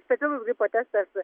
specialus gripo testas